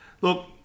look